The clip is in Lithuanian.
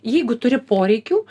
jeigu turi poreikių